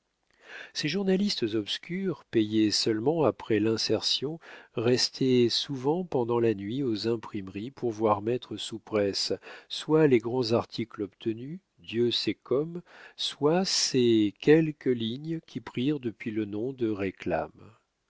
ces journalistes obscurs payés seulement après l'insertion restaient souvent pendant la nuit aux imprimeries pour voir mettre sous presse soit les grands articles obtenus dieu sait comme soit ces quelques lignes qui prirent depuis le nom de réclames